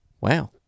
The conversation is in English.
Wow